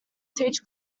teach